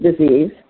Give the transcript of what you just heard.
disease